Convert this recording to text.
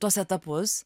tuos etapus